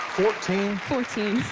fourteen? fourteen.